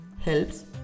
helps